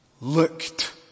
looked